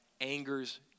anger's